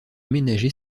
aménagé